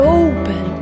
open